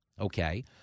Okay